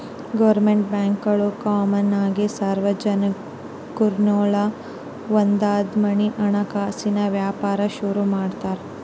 government ಬ್ಯಾಂಕ್ಗುಳು common ಆಗಿ ಸಾರ್ವಜನಿಕುರ್ನೆಲ್ಲ ಒಂದ್ಮಾಡಿ ಹಣಕಾಸಿನ್ ವ್ಯಾಪಾರ ಶುರು ಮಾಡ್ತಾರ